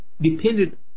dependent